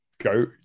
go